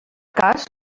cas